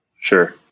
Sure